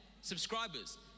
subscribers